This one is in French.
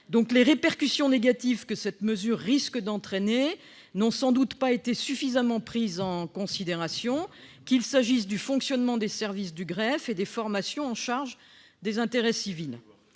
Les répercussions négatives que cette mesure risque d'entraîner n'ont sans doute pas été suffisamment prises en considération, qu'il s'agisse du fonctionnement des services du greffe et des formations chargées des intérêts civils.